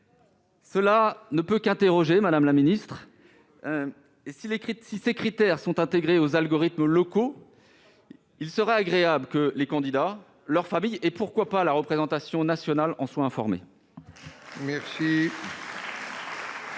Cela ne peut que nous interroger, madame la ministre. Si ces critères sont intégrés aux algorithmes locaux, il serait bon que les candidats, leurs familles et, pourquoi pas, la représentation nationale en soient informés. Nous